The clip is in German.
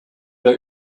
der